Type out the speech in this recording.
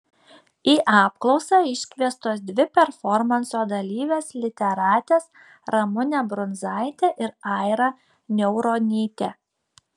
į apklausą iškviestos dvi performanso dalyvės literatės ramunė brunzaitė ir aira niauronytė